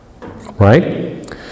Right